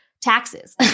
taxes